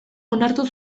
onartu